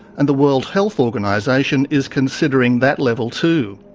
and the world health organisation is considering that level, too.